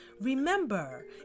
Remember